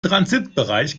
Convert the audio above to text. transitbereich